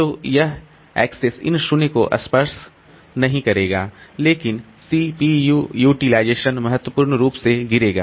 तो यह एक्सेस इन 0 को स्पर्श नहीं करेगा लेकिन CPU यूटिलाइजेशन महत्वपूर्ण रूप से गिरेगा